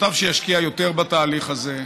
מוטב שישקיע יותר בתהליך הזה,